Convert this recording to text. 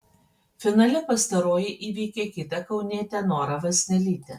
finale pastaroji įveikė kitą kaunietę norą vaznelytę